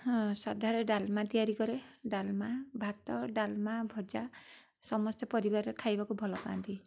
ହଁ ସାଧାରେ ଡାଲମା ତିଆରି କରେ ଡାଲମା ଭାତ ଡାଲମା ଭଜା ସମସ୍ତେ ପରିବାରରେ ଖାଇବାକୁ ଭଲ ପାଆନ୍ତି